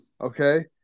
Okay